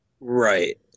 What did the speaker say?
right